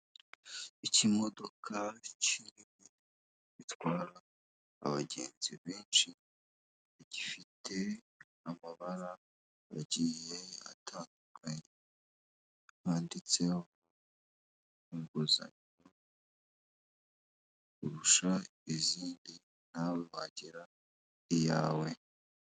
Ikimodoka cyinini gitwara abagenzi benshi bagifite amabara bagiye atandukanye, banditseho inguzanyo kurusha izindi nawe wagera iyawe.